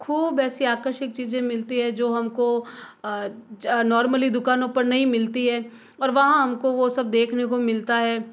खूब ऐसी आकर्षिक चीज़ें मिलती है जो हमको नॉर्मली दुकानों पर नहीं मिलती है और वहाँ हमको वो सब देखने को मिलता है